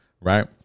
right